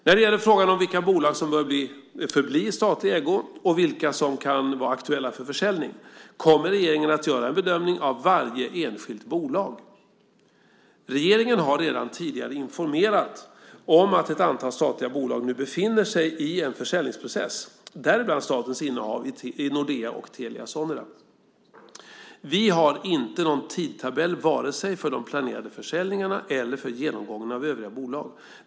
När det gäller frågan om vilka bolag som bör förbli i statlig ägo och vilka som kan vara aktuella för försäljning kommer regeringen att göra en bedömning av varje enskilt bolag. Regeringen har redan tidigare informerat om att ett antal statliga bolag nu befinner sig i en försäljningsprocess, däribland statens innehav i Nordea och Telia Sonera. Vi har inte någon tidtabell vare sig för de planerade försäljningarna eller för genomgången av övriga bolag.